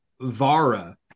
Vara